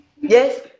Yes